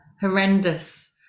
horrendous